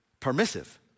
Permissive